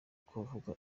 kuvuga